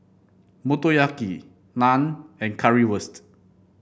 Motoyaki Naan and Currywurst